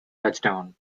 touchdown